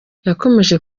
yakomeje